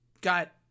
got